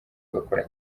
ugakora